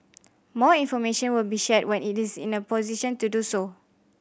more information will be shared when it is in a position to do so